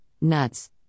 nuts